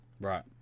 Right